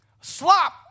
slop